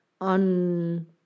on